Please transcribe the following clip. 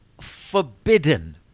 forbidden